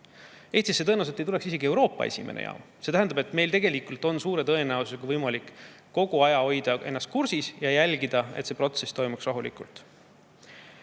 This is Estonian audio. Eestisse tõenäoliselt ei tuleks isegi Euroopa esimene jaam. See tähendab, et meil on suure tõenäosusega võimalik hoida kogu aja ennast kursis ja jälgida, et see protsess toimuks rahulikult.